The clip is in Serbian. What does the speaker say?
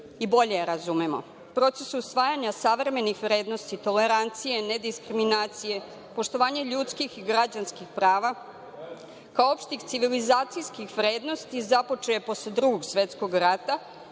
i bolje je razumemo. Proces usvajanja savremenih vrednosti, tolerancije, nediskriminacije, poštovanje ljudskih i građanskih prava, kao i opštih civilizacijskih vrednosti započeo je posle Drugog svetskog rata